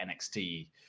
NXT